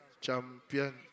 Champion